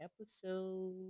episode